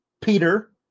Peter